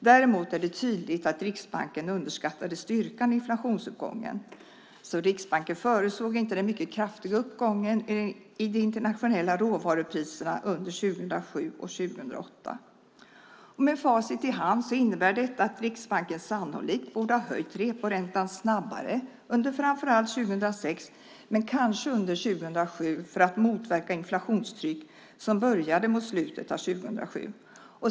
Däremot är det tydligt att Riksbanken underskattade styrkan i inflationsuppgången. Riksbanken förutsåg inte den mycket kraftiga uppgången i de internationella råvarupriserna under 2007 och 2008. Med facit i hand innebär detta att Riksbanken sannolikt borde ha höjt reproräntan snabbare under framför allt 2006 och kanske under 2007 för att motverka det inflationstryck som började mot slutet av 2007.